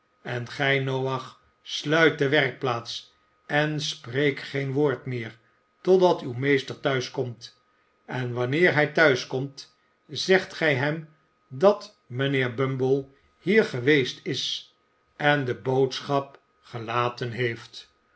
en gij noach sluit de werkplaats en spreek geen woord meer totdat uw meester thuis komt en wanneer hij thuis komt zegt gij hem dat mijnheer bumble hier geweest is en de boodschap gelaten heeft